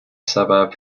suburb